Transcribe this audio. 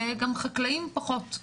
וגם חקלאים פחות.